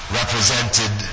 represented